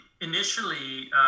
initially